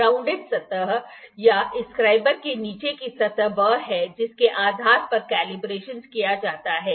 grounded सतह या इस स्क्राइबर के नीचे की सतह वह है जिसके आधार पर केलिब्रेशनस किया जाता है